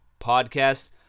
Podcast